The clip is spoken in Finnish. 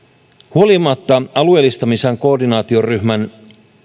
huolimatta alueellistamisen koordinaatioryhmän